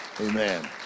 Amen